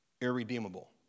irredeemable